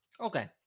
Okay